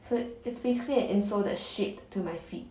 so it's basically an insole that's shaped to my feet